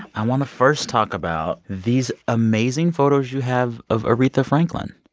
i want to first talk about these amazing photos you have of aretha franklin.